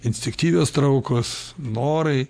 instinktyvios traukos norai